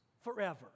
forever